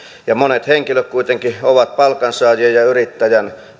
ja monet henkilöt kuitenkin ovat palkansaajien ja ja yrittäjän